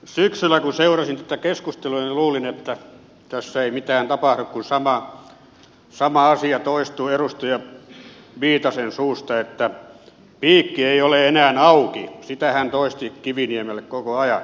syksyllä kun seurasin tätä keskustelua luulin että tässä ei mitään tapahdu kun sama asia toistui edustaja viitasen suusta että piikki ei ole enää auki sitä hän toisti kiviniemelle koko ajan